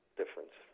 difference